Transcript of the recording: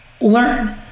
learn